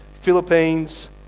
Philippines